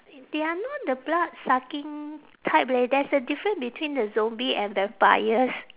they are not the blood sucking type leh there's a difference between the zombie and vampires